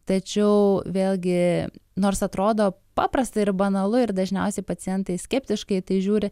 tačiau vėlgi nors atrodo paprasta ir banalu ir dažniausiai pacientai skeptiškai į tai žiūri